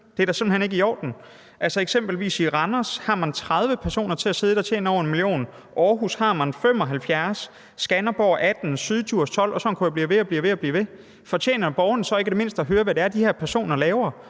Det er da simpelt hen ikke i orden. Eksempelvis har man i Randers 30 personer siddende, der tjener over 1 mio. kr., i Aarhus har man 75, i Skanderborg 18, og i Syddjurs 12, og sådan kunne jeg blive ved. Fortjener borgerne så ikke i det mindste at høre, hvad det er, de her personer laver?